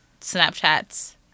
Snapchats